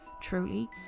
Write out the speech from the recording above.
Truly